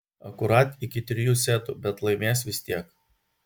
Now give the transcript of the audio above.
akurat iki trijų setų bet laimės vis tiek